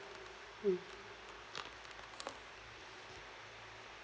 mm